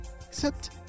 except